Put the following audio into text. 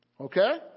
Okay